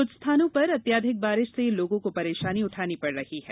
कुछ स्थानों पर अत्याधिक बारिश से लोगों को परेशानी उठानी पड़ रही है